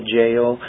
jail